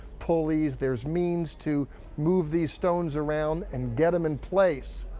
pulleys, there's means to move these stones around and get them in place.